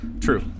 True